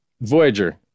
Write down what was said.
Voyager